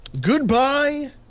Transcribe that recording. goodbye